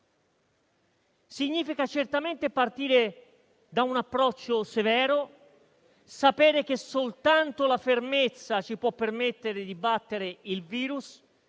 Significa certamente partire da un approccio severo, significa sapere che soltanto la fermezza ci può permettere di battere il virus,